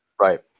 Right